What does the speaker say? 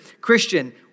Christian